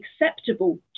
acceptable